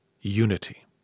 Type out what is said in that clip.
Unity